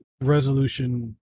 resolution